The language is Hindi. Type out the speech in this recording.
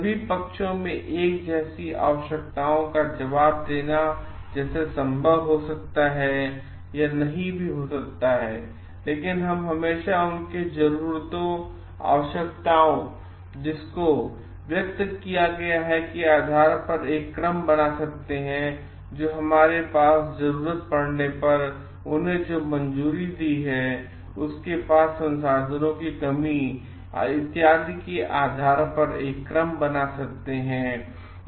सभी पक्षों के एक जैसी आवश्यक्ताओं का जवाब देना संभव हो सकता है या नहीं भी हो सकता है लेकिन हम हमेशा उनके जरूरतों आवश्यक्ताओं जिसको व्यक्त किया गया है के आधार पर एक क्रम बना सकते हैं और हमारे पास जरूरत पड़ने पर उन्होंने जो मंजूरी दी है उसके बाद संसाधनों की कमी के आधार पर एक क्रम बना सकते हैं है